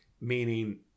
meaning